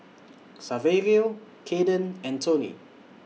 Saverio Kaiden and Tony